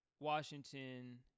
Washington